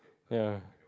ya